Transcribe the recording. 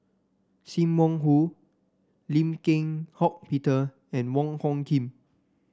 Sim Wong Hoo Lim Eng Hock Peter and Wong Hung Khim